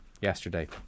yesterday